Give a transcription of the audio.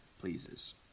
pleases